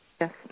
Yes